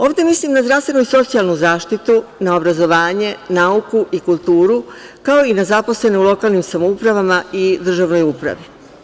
Ovde mislim na zdravstvenu i socijalnu zaštitu, na obrazovanje, nauku i kulturu, kao i na zaposlene u lokalnim samoupravama i državnoj upravi.